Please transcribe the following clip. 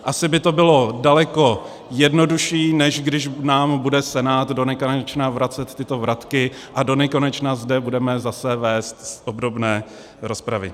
Asi by to bylo daleko jednodušší, než když nám bude Senát donekonečna vracet tyto vratky a donekonečna zde budeme zase vést obdobné rozpravy.